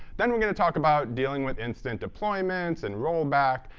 then we're going to talk about dealing with instant deployments and roll back,